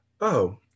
Oh